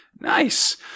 Nice